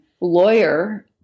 lawyer